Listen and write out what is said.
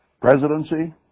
Presidency